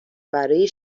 برای